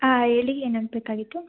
ಆಂ ಹೇಳಿ ಏನು ಆಗಬೇಕಾಗಿತ್ತು